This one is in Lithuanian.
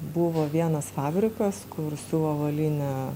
buvo vienas fabrikas kur siuva avalynę